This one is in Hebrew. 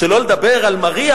שלא לדבר על מריה